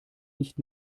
nicht